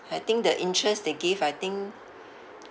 I think the interest they give I think